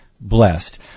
blessed